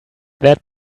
that